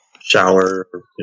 shower